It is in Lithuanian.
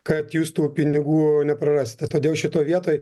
kad jūs tų pinigų neprarasite todėl šito vietoj